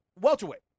welterweight